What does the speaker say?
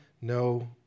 no